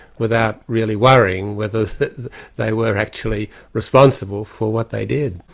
without really worrying whether they were actually responsible for what they did.